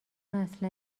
اصلا